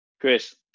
Chris